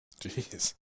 Jeez